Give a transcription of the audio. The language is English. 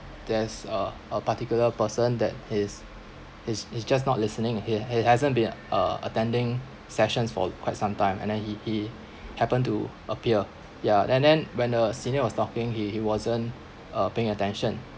there's uh a particular person that is he's he's just not listening he he hasn't been uh attending sessions for quite some time and then he he happened to appear yeah and then when the senior was talking he he wasn't uh paying attention